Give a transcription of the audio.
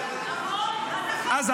נכון, אז החוק, החוק שלי מתקן את זה.